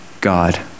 God